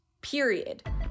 period